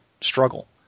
struggle